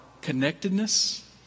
connectedness